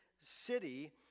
city